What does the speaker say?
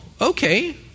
okay